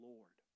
Lord